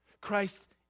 Christ